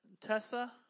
Tessa